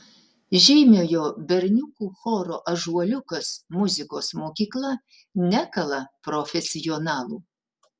žymiojo berniukų choro ąžuoliukas muzikos mokykla nekala profesionalų